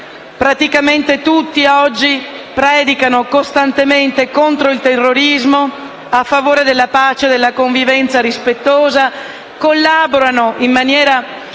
praticamente tutti, oggi predicano costantemente contro il terrorismo e a favore della pace e della convivenza rispettosa. Collaborano in maniera